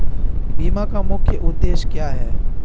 बीमा का मुख्य उद्देश्य क्या है?